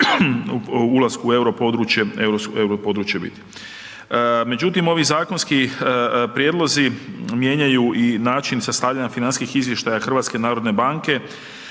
u Europodručje, Europodručje, biti. Međutim, ovi zakonski prijedlozi mijenjaju i način sastavljanja financijskih izvještaja HNB-a tako da će